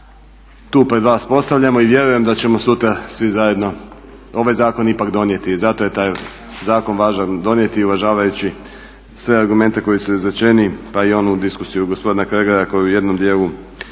tu pred vas postavljamo i vjerujem da ćemo sutra svi zajedno ovaj zakon ipak donijeti. Zato je taj zakon važan donijeti i uvažavajući sve argumente koji su izrečeni pa i onu diskusiju gospodina Kregara koji u jednom djelu,